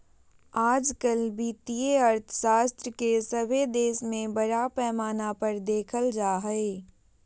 आजकल वित्तीय अर्थशास्त्र के सभे देश में बड़ा पैमाना पर देखल जा हइ